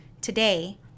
Today